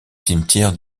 cimetière